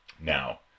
Now